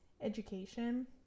education